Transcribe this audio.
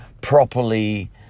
properly